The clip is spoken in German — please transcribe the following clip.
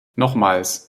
nochmals